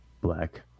Black